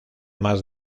más